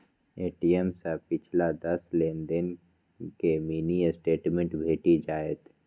ATM सं पिछला दस लेनदेन के मिनी स्टेटमेंट भेटि जायत